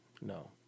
No